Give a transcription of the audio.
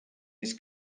his